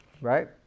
right